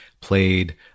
played